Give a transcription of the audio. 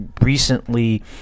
recently